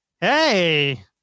Hey